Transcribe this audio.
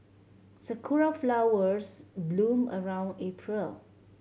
sakura flowers bloom around April